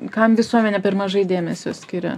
kam visuomenė per mažai dėmesio skiria